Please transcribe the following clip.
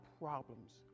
problems